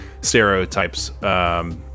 stereotypes